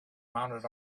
mounted